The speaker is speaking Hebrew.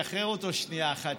שחרר אותו שנייה אחת,